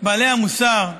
בעלי המוסר: